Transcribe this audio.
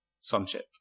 sonship